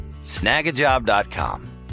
snagajob.com